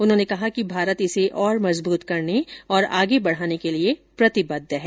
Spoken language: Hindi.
उन्होंने कहा कि भारत इसे और मजबूत करने और आगे बढ़ाने के लिए प्रतिबद्ध है